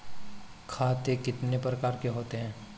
खाते कितने प्रकार के होते हैं?